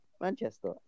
Manchester